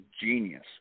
genius